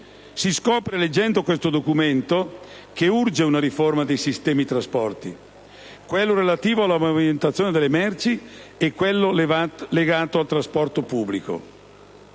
Si scopre leggendo questo documento che urge una riforma del sistema dei trasporti: quello relativo alla movimentazione delle merci e quello legato al trasporto pubblico.